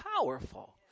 powerful